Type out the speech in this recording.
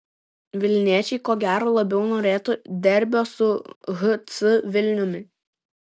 vilniečiai ko gero labiau norėtų derbio su hc vilniumi